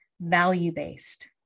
value-based